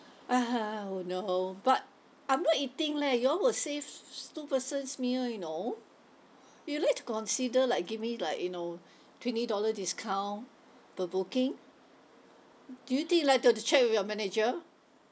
(uh huh) oh no but I'm not eating leh you all will save two person's meal you know you'd like to consider like give me like you know twenty dollar discount per booking do you think you'd like to to check with your manager